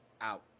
out